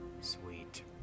Sweet